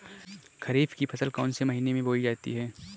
खरीफ की फसल कौन से महीने में बोई जाती है?